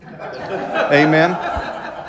Amen